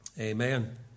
Amen